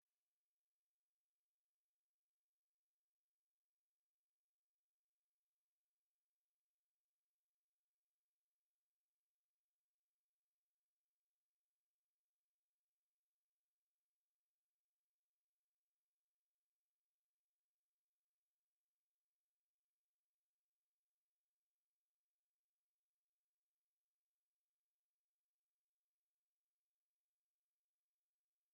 Mu mashuri y'imyuga n'ubumenyingiro usanga bigisha abanyeshuri babo gukora ibintu bitandukanye. Icyakora uyu mwuga w'ububumbyi wasangaga udahabwa agaciro mu myaka yashize ariko ubu ufatwa nk'umwuga ufitiye akamaro abantu benshi kuko abawukora bakora ibikoresho dukoresha mu rugo nk'inkono, imbabura n'ibindi.